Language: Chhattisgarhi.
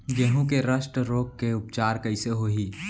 गेहूँ के रस्ट रोग के उपचार कइसे होही?